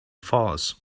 falls